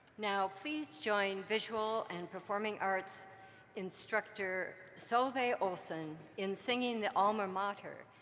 now, please join visual and performing arts instructor solveig olsen in singing the alma mater.